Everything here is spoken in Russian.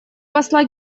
посла